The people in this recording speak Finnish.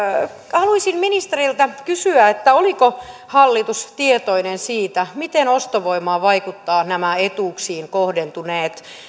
haluaisin ministeriltä kysyä oliko hallitus tietoinen siitä miten ostovoimaan vaikuttavat nämä etuuksiin kohdentuneet